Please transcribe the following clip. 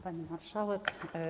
Pani Marszałek!